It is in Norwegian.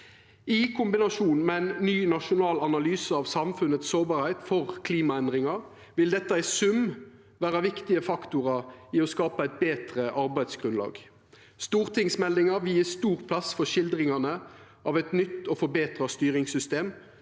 I kombinasjon med ein ny nasjonal analyse av kor sårbart samfunnet er for klimaendringar, vil dette i sum vera viktige faktorar i å skapa eit betre arbeidsgrunnlag. Stortingsmeldinga vil gje stor plass for skildringane av eit nytt og forbetra styringssystem,